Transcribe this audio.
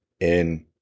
in-